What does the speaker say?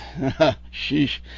sheesh